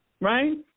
right